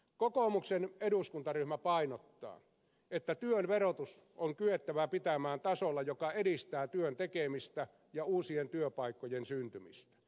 kokoomuksen eduskuntaryhmä painottaa että työn verotus on kyettävä pitämään tasolla joka edistää työn tekemistä ja uusien työpaikkojen syntymistä